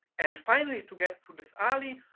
and finally to get to this aali,